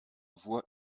voie